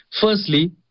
firstly